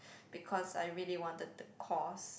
because I really wanted the course